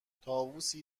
طاووسی